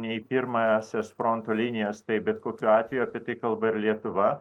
ne į pirmąsias fronto linijas tai bet kokiu atveju apie tai kalba ir lietuva